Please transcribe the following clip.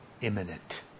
Imminent